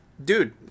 Dude